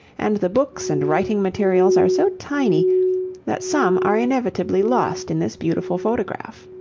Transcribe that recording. and the books and writing materials are so tiny that some are inevitably lost in this beautiful photograph.